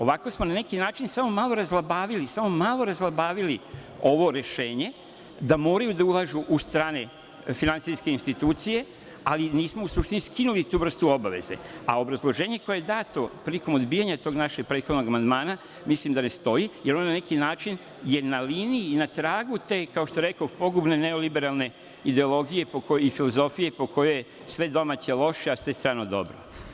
Ovako smo na neki način samo malo razlabavili ovo rešenje da moraju da ulažu u strane finansijske institucije, ali nismo u suštini skinuli tu vrstu obaveze, a obrazloženje koje je dato prilikom odbijanja tog našeg prethodnog amandmana, mislim da ne stoji, jer ono na neki način je na liniji i na tragu te, kao što rekoh, pogubne neoliberalne ideologije i filozofije po kojoj je sve domaće loše, a sve strano dobro.